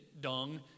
dung